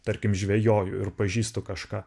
tarkim žvejoju ir pažįstu kažką